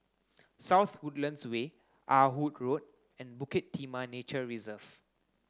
South Woodlands Way Ah Hood Road and Bukit Timah Nature Reserve